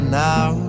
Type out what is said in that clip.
now